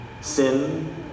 sin